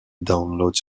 downloads